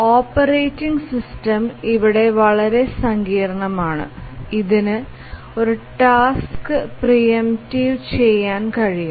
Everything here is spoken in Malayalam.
ഓപ്പറേറ്റിംഗ് സിസ്റ്റം ഇവിടെ വളരെ സങ്കീർണ്ണമാണ് ഇതിന് ഒരു ടാസ്ക് പ്രീ എംപ്റ്റഡ് ചെയാൻ കഴിയും